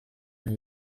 mana